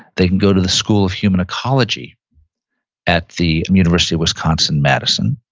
they can go to the school of human ecology at the um university of wisconsin-madison.